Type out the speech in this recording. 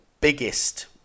biggest